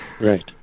Right